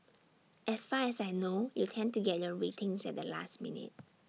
as far as I know you tend to get your ratings at the last minute